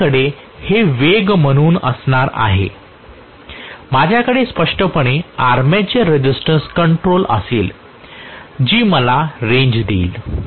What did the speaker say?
माझ्याकडे हे वेग म्हणून असणार आहे माझ्याकडे स्पष्टपणे आर्मेचर रेझिस्टन्स कंट्रोल असेल जी मला रेंज देईल